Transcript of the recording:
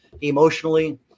Emotionally